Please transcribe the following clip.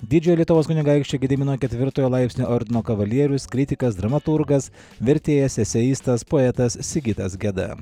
didžiojo lietuvos kunigaikščio gedimino ketvirtojo laipsnio ordino kavalierius kritikas dramaturgas vertėjas eseistas poetas sigitas geda